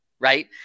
right